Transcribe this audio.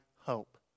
hope